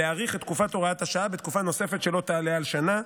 להאריך את תקופת הוראת השעה בתקופה נוספת שלא תעלה על שנה,